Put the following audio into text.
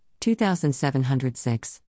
2706